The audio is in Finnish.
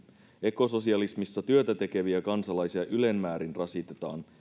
ekososialismissa työtä tekeviä kansalaisia ylen määrin rasitetaan